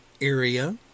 area